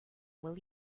will